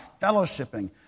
fellowshipping